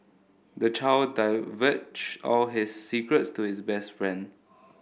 the child divulged all his secrets to his best friend